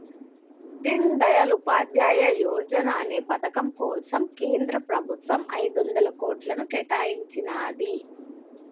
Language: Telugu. దీన్ దయాళ్ ఉపాధ్యాయ యోజనా అనే పథకం కోసం కేంద్ర ప్రభుత్వం ఐదొందల కోట్లను కేటాయించినాది